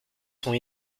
sont